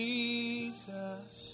Jesus